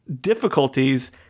difficulties